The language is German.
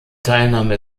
teilnahme